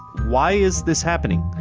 why is this happening?